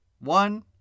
One